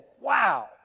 wow